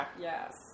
Yes